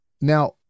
Now